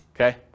Okay